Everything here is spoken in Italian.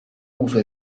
uso